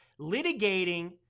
litigating